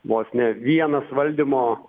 vos ne vienas valdymo